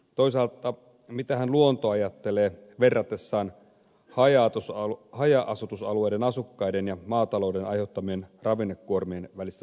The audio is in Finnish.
toisaalta mitähän luonto ajattelee verratessaan haja asutusalueiden asukkaiden ja maatalouden aiheuttamien ravinnekuormien välistä suhdetta